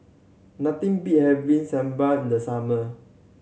nothing beat having Sambar in the summer